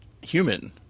human